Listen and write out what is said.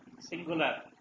singular